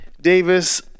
Davis